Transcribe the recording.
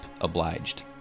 obliged